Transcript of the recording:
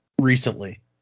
recently